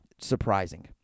surprising